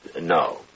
No